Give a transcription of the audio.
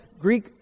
Greek